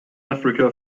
africa